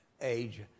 age